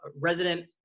resident